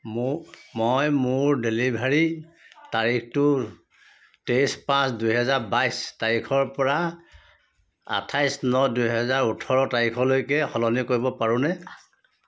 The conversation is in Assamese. মোক মই মোৰ ডেলিভাৰীৰ তাৰিখটো তেইছ পাঁচ দুহেজাৰ বাইছ তাৰিখৰ পৰা আঠাইছ ন দুহেজাৰ ওঠৰ তাৰিখলৈকে সলনি কৰিব পাৰোঁনে